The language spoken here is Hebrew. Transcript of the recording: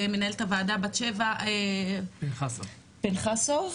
ובת שבע פנחסוב,